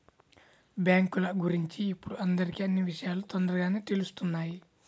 బ్యేంకుల గురించి ఇప్పుడు అందరికీ అన్నీ విషయాలూ తొందరగానే తెలుత్తున్నాయి